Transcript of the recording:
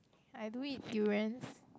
I do eat durians